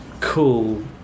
cool